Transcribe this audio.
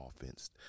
offense